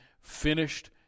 finished